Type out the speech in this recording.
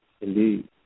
Indeed